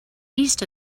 east